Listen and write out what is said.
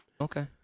Okay